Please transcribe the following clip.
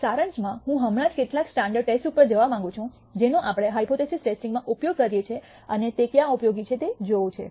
સારાંશમાં હું હમણાં જ કેટલાક સ્ટાન્ડર્ડ ટેસ્ટ ઉપર જવા માંગુ છું જેનો આપણે હાયપોથીસિસ ટેસ્ટિંગમાં ઉપયોગ કરીએ છીએ અને તે ક્યાં ઉપયોગી છે તે જોવું છું